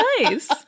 nice